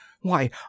Why